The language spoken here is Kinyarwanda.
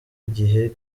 igihe